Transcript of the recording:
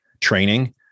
training